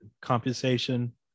compensation